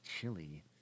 chili